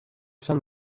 sun